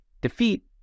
defeat